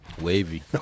Wavy